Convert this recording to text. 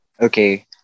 Okay